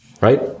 right